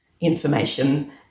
information